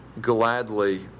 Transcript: gladly